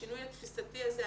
השינוי התפיסתי הזה,